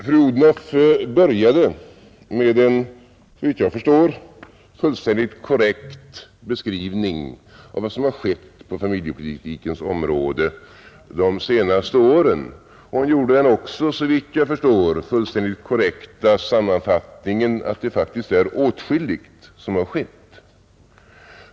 Fru Odhnoff började med en, såvitt jag förstår, fullständigt korrekt beskrivning av vad som skett på familjepolitikens område de senaste åren. Hon gjorde också den, såvitt jag förstår, fullständigt korrekta sammanfattningen att det faktiskt är åtskilligt som har skett.